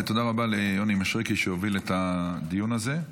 ותודה רבה ליוני מישרקי שהוביל את הדיון הזה.